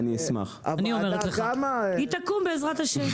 אני אומרת לך, היא תקום בעזרת השם.